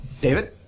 David